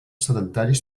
sedentaris